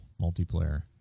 multiplayer